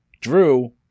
Drew